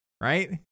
right